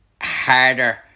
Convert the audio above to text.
harder